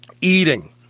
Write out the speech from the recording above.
eating